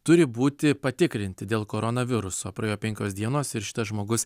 turi būti patikrinti dėl koronaviruso praėjo penkios dienos ir šitas žmogus